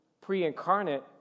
pre-incarnate